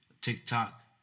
TikTok